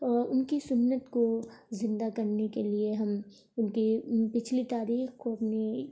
اور ان کی سنت کو زندہ کرنے کے لیے ہم ان کی پچھلی تاریخ کو اپنی